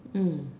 mm